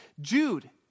Jude